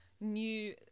new